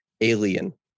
alien